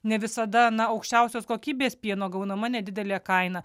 ne visada na aukščiausios kokybės pieno gaunama nedidelė kaina